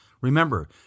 Remember